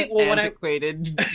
antiquated